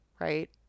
right